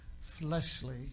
fleshly